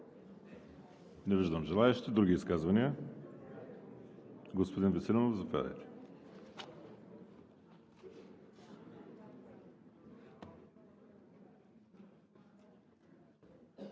Не виждам желаещи. Други изказвания? Господин Веселинов, заповядайте.